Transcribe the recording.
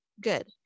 Good